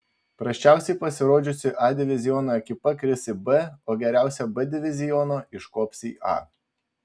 prasčiausiai pasirodžiusi a diviziono ekipa kris į b o geriausia b diviziono iškops į a